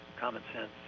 common-sense